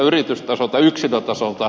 yritystasolta yksilötasolta